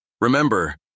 Remember